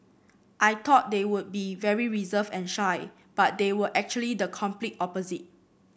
I thought they would be very reserved and shy but they were actually the complete opposite